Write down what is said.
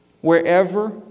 wherever